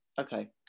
Okay